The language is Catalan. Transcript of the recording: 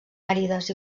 àrides